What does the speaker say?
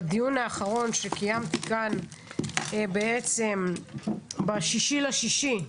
בדיון האחרון שקיימתי כאן, ב-6 ביוני,